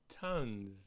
tons